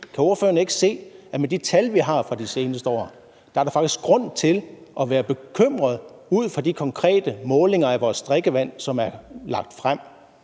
Kan ordføreren ikke se, at med de tal, vi har fra de seneste år, er der er faktisk grund til at være bekymret ud fra de konkrete målinger af vores drikkevand, som er lagt frem?